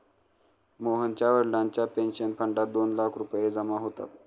मोहनच्या वडिलांच्या पेन्शन फंडात दोन लाख रुपये जमा होतात